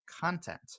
content